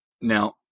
Now